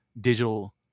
digital